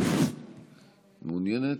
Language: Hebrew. מעוניינת?